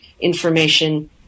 information